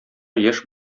яшь